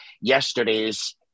yesterday's